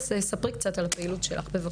ספרי קצת על הפעילות שלך, בבקשה.